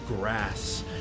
grass